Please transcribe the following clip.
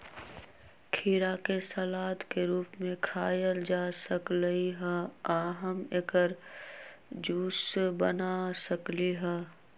खीरा के सलाद के रूप में खायल जा सकलई ह आ हम एकर जूस बना सकली ह